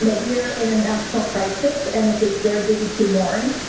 you know we're in a national crisis, and it's it's their duty to warn.